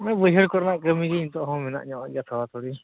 ᱵᱟᱹᱭᱦᱟᱹᱲ ᱠᱚᱨᱮᱱᱟᱜ ᱠᱟᱹᱢᱤ ᱜᱮ ᱱᱤᱛᱚᱜ ᱦᱚᱸ ᱢᱮᱱᱟᱜ ᱧᱟᱚᱜᱼᱟ ᱛᱷᱚᱲᱟ ᱛᱷᱚᱲᱤ